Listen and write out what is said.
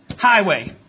Highway